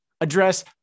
address